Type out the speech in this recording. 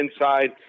inside